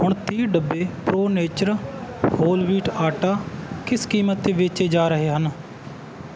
ਹੁਣ ਤੀਹ ਡੱਬੇ ਪ੍ਰੋ ਨੇਚਰ ਹੋਲ ਵੀਟ ਆਟਾ ਕਿਸ ਕੀਮਤ 'ਤੇ ਵੇਚੇ ਜਾ ਰਹੇ ਹਨ